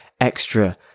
extra